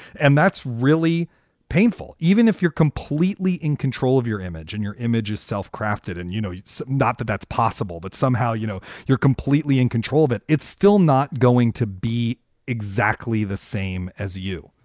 and that's really painful, even if you're completely in control of your image and your image is self crafted. and, you know, it's not that that's possible, but somehow, you know, you're completely in control of it. it's still not going to be exactly the same as you.